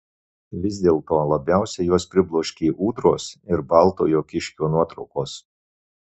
vis dėlto labiausiai juos pribloškė ūdros ir baltojo kiškio nuotraukos